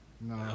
No